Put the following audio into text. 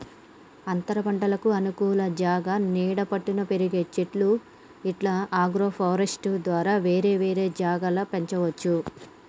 అంతరపంటలకు అనుకూల జాగా నీడ పట్టున పెరిగే చెట్లు ఇట్లా అగ్రోఫారెస్ట్య్ ద్వారా వేరే వేరే జాగల పెంచవచ్చు